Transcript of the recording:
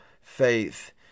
faith